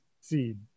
seed